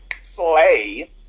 Slay